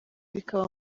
bikaba